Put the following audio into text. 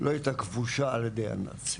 לא הייתה כבושה על ידי הנאצים.